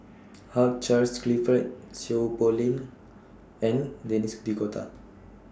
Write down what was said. Hugh Charles Clifford Seow Poh Leng and Denis D'Cotta